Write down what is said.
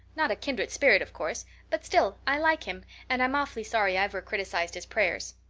not a kindred spirit, of course but still i like him and i'm awfully sorry i ever criticized his prayers.